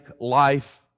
life